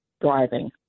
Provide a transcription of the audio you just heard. driving